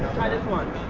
try this one